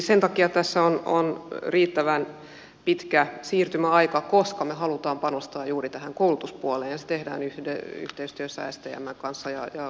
sen takia tässä on riittävän pitkä siirtymäaika että me haluamme panostaa juuri tähän koulutuspuoleens tehdään yhteinen yhteistyö säästä ja matkansa ja koulutuspuoleen